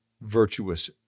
virtuous